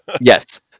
yes